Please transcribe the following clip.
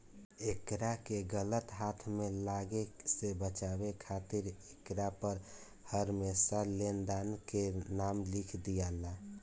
एकरा के गलत हाथ में लागे से बचावे खातिर एकरा पर हरमेशा लेनदार के नाम लिख दियाला